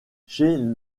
chez